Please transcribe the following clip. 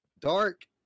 dark